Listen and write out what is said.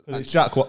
Jack